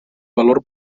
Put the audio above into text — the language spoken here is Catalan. valor